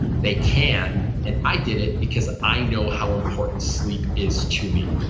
they can, and i did it because i know how important sleep is to me.